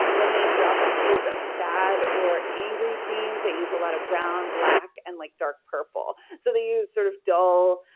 when they draw pictures of sad or angry scenes, they use a lot of brown, black and like dark purple. so they use sort of dull,